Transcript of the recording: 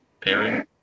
pairing